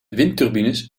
windturbines